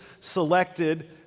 selected